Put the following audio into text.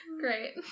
Great